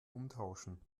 umtauschen